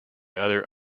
other